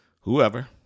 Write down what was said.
whoever